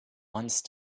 once